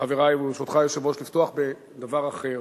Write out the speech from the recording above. חברי, וברשותך, היושב-ראש, לפתוח בדבר אחר,